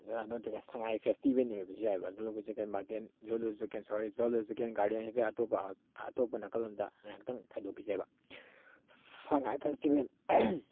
ꯅꯠꯇ꯭ꯔꯒ ꯁꯉꯥꯏ ꯐꯦꯁꯇꯤꯕꯦꯜ ꯑꯣꯏꯕꯁꯨ ꯌꯥꯏꯑꯕ ꯖꯨꯂꯣꯖꯤꯀꯦꯟ ꯁꯣꯔꯤ ꯖꯨꯂꯣꯖꯤꯀꯦꯟ ꯒꯥꯔꯗꯦꯟ ꯍꯦꯛꯇ ꯑꯇꯣꯞꯄ ꯑꯇꯣꯞꯄ ꯅꯥꯀꯜ ꯑꯃꯗ ꯉꯥꯏꯍꯥꯛꯇꯪ ꯊꯩꯗꯣꯛꯈꯤꯁꯦꯕ ꯁꯉꯥꯏ ꯐꯦꯁꯇꯤꯕꯦꯜ